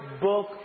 book